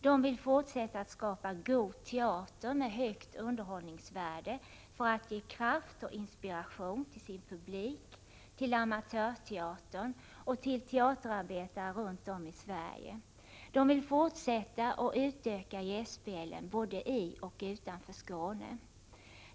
Den vill fortsätta att skapa god teater med högt underhållningsvärde för att ge kraft och inspiration till sin publik, till amatörteatern och till teaterarbetare runt om i Sverige. Den vill fortsätta att utöka gästspelen både i och utanför Skåne.